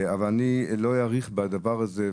אני לא אאריך בדבר הזה,